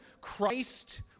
Christ